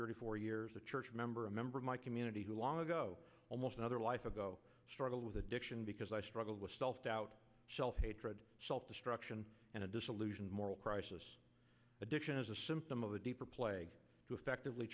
thirty four years a church member a member of my community who long ago almost another life ago struggled with addiction because i struggled with self doubt self hatred self destruction and a dissolution moral crisis addiction is a symptom of the deeper plague to effectively